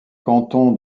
cantons